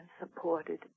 supported